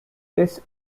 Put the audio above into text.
this